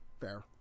fair